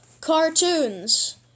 cartoons